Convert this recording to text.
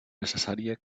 necessària